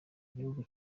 gihugu